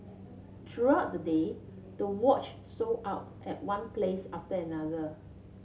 throughout the day the watch sold out at one place after another